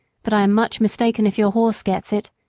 but i am much mistaken if your horse gets it.